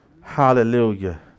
Hallelujah